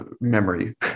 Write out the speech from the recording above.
memory